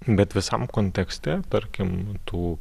bet visam kontekste tarkim tų